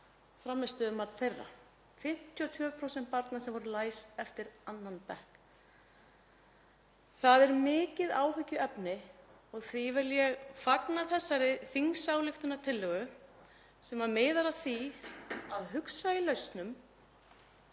frammistöðumat þeirra — 52% barna sem voru læs eftir 2. bekk. Það er mikið áhyggjuefni og því vil ég fagna þessari þingsályktunartillögu sem miðar að því að hugsa í lausnum